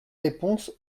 réponses